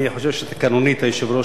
אני חושב שתקנונית היושב-ראש,